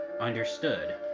understood